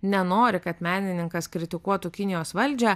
nenori kad menininkas kritikuotų kinijos valdžią